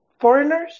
foreigners